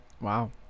Wow